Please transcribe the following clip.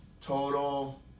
Total